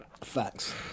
facts